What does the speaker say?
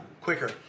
quicker